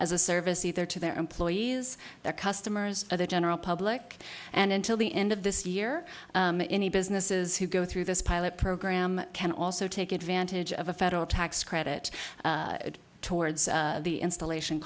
as a service either to their employees their customers or the general public and until the end of this year any businesses who go through this pilot program can also take advantage of a federal tax credit towards the installation